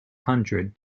hundred